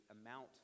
amount